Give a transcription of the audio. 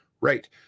Right